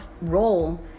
role